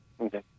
Okay